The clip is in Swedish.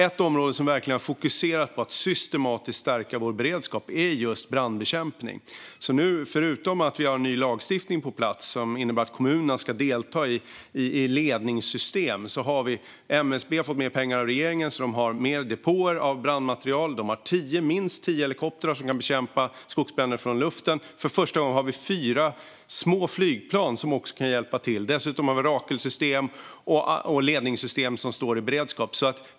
Ett område där vi verkligen har fokuserat på att systematiskt stärka vår beredskap är just brandbekämpning. Förutom att vi nu har ny lagstiftning på plats, som innebär att kommunerna ska delta i ledningssystem, har MSB fått mer pengar av regeringen, så att de har mer depåer för brandmateriel. De har minst 10 helikoptrar som kan bekämpa skogsbränder från luften. För första gången har vi också fyra små flygplan som kan hjälpa till. Dessutom har vi Rakelsystemet och ledningssystemet som står i beredskap.